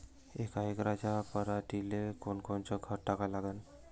यका एकराच्या पराटीले कोनकोनचं खत टाका लागन?